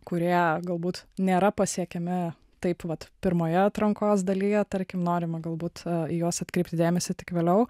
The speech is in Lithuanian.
kurie galbūt nėra pasiekiami taip vat pirmoje atrankos dalyje tarkim norima galbūt juos atkreipti dėmesį tik vėliau